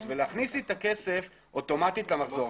ולהכניס לי את הכסף אוטומטית למחזור.